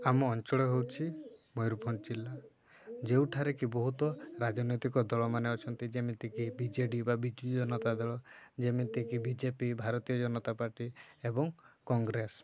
ଆମ ଅଞ୍ଚଳ ହେଉଛି ମୟୂରଭଞ୍ଜ ଜିଲ୍ଲା ଯେଉଁଠାରେ କି ବହୁତ ରାଜନୈତିକ ଦଳ ମାନେ ଅଛନ୍ତି ଯେମିତିକି ବିଜେଡ଼ି ବା ବିଜୁ ଜନତା ଦଳ ଯେମିତିକି ବିଜେପି ଭାରତୀୟ ଜନତା ପାର୍ଟି ଏବଂ କଂଗ୍ରେସ